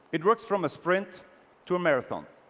it works from a sprint to a marathon.